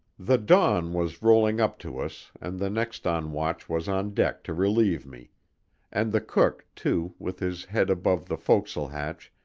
the dawn was rolling up to us and the next on watch was on deck to relieve me and the cook, too, with his head above the fo'c's'le hatch,